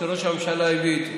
שראש הממשלה הביא את זה.